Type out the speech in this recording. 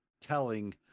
telling